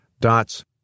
dots